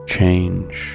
Change